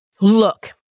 Look